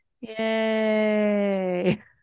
Yay